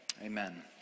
amen